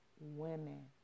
women